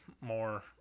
more